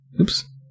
Oops